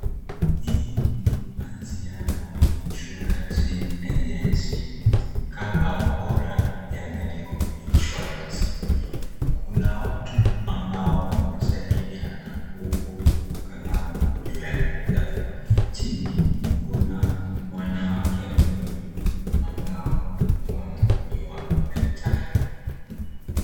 Hii ni Anziano Insurance Agency cover bora ya medical insurance , kuna watu ambao wamesalimiana huku kuna kalamu juu ya meza, chini kuna wanawake wawili ambao ni madaktari.